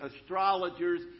astrologers